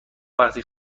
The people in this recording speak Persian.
وقتی